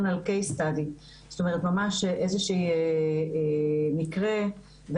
סרטון על case-study, ממש איזשהו מקרה.